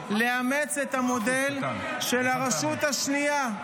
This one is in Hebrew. תודה, תודה רבה.